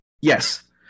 Yes